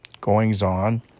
goings-on